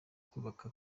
kubaka